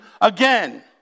again